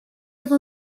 have